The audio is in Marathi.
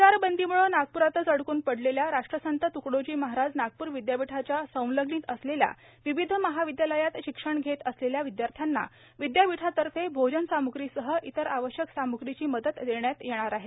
संचार बंदीम्ळ नागपूरातच अडकून पाडलेल्या राष्ट्रसंत त्कडोजी महाराज नागपूर विदयापीठाच्या संलग्नित असलेल्या विविध महाविदयालयात शिक्षण घेत असलेल्या विद्यार्थ्यांना विद्यापीठातर्फे भोजन साम्ग्रीसह इतर आवश्यक सामग्रीची मदत देण्यात येणार आहे